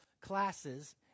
classes